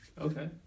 Okay